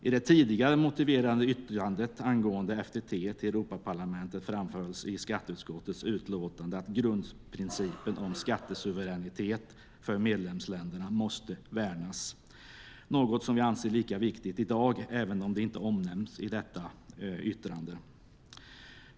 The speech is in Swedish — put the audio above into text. I det tidigare motiverade yttrandet angående FTT till Europaparlamentet framhölls i skatteutskottets utlåtande att grundprincipen om skattesuveräniteten för medlemsländerna måste värnas; något som vi anser är lika viktigt i dag även om det inte omnämns i detta utlåtande.